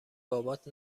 بابات